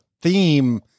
theme